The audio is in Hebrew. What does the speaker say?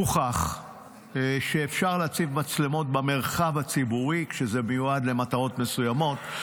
הוכח שאפשר להציב מצלמות במרחב הציבורי כשזה מיועד למטרות מסוימות.